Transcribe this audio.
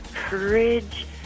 courage